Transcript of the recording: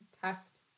test